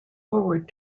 forward